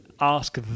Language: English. ask